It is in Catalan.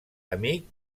amic